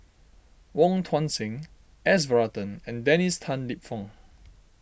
Wong Tuang Seng S Varathan and Dennis Tan Lip Fong